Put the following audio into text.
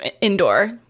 indoor